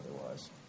otherwise